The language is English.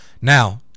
Now